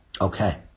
Okay